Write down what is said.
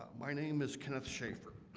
my name is kenneth shaffer.